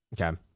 Okay